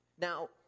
Now